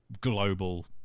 global